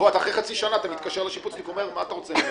אחרי חצי שנה אתה מתקשר לשיפוצניק והוא אומר: מה אתה רוצה?